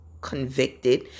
convicted